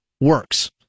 works